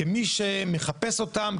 כמי שמחפש אותן,